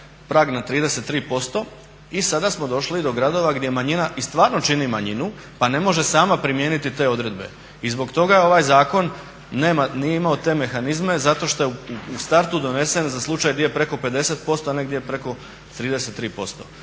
prag na 33% i sada smo došli do gradova gdje manjina i stvarno čini manjinu, pa ne može sama primijeniti te odredbe. I zbog toga je ovaj zakon, nije imao te mehanizme, zato što je u startu donesen za slučaj di je preko 50%, a negdje preko 33%.